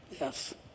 yes